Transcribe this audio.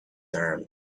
arm